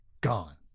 gone